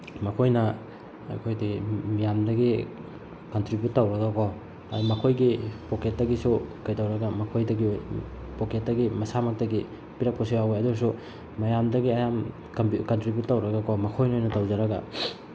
ꯃꯈꯣꯏꯅ ꯑꯩꯈꯣꯏꯗꯤ ꯃꯤꯌꯥꯝꯗꯒꯤ ꯀꯟꯇ꯭ꯔꯤꯕ꯭ꯌꯨꯠ ꯇꯧꯔꯒꯀꯣ ꯍꯥꯏꯗꯤ ꯃꯈꯣꯏꯒꯤ ꯄꯣꯀꯦꯠꯇꯒꯤꯁꯨ ꯀꯩꯗꯧꯔꯒ ꯃꯈꯣꯏꯗꯒꯤ ꯄꯣꯀꯦꯠꯇꯒꯤ ꯃꯁꯥꯃꯛꯇꯒꯤ ꯄꯤꯔꯛꯄꯁꯨ ꯌꯥꯎꯋꯤ ꯑꯗꯨ ꯑꯣꯏꯔꯁꯨ ꯃꯌꯥꯝꯗꯒꯤ ꯀꯟꯇ꯭ꯔꯤꯕ꯭ꯌꯨꯠ ꯇꯧꯔꯒꯀꯣ ꯃꯈꯣꯏꯅ ꯑꯣꯏꯅ ꯇꯧꯖꯔꯒ